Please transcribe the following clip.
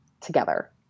together